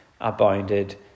abounded